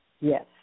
Yes